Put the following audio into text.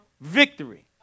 victory